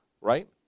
Right